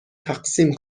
تقسیم